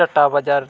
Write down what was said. ᱴᱟᱴᱟ ᱵᱟᱡᱟᱨ